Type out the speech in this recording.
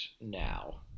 Now